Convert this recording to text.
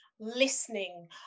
listening